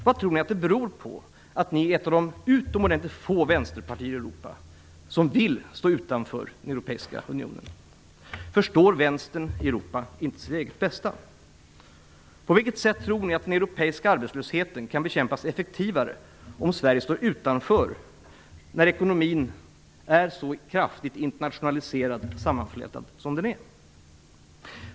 Vad tror ni att det beror på att ni är ett av de utomordentligt få vänsterpartier i Europa som vill stå utanför Europeiska unionen? Förstår vänstern i Europa inte sitt eget bästa? På vilket sätt tror ni att den europeiska arbetslösheten kan bekämpas effektivare om Sverige står utanför, när ekonomin är så kraftigt internationaliserad och sammanflätad som den är?